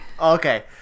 Okay